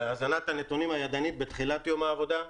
הזנת הנתונים ידנית בתחילת יום העבודה,